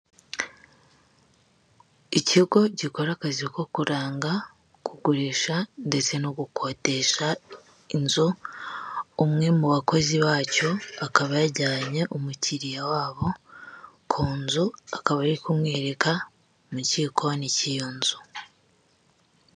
Ikigo gikora akazi ko kuranga, kugurisha ndetse no gukodesha inzu, umwe mu bakozi bacyo akaba yajyanye umukiriya wabo ku nzu, akaba ari kumwereka mu kikoni k'iyo nzu.